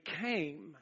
came